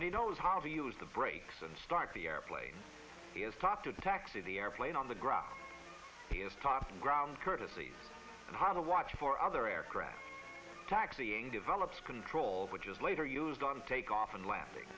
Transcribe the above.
and he knows how to use the brakes and start the airplane he is taught to taxi the airplane on the ground he is taught ground courtesy and how to watch for other aircraft taxiing develops control which is later used on takeoff and landing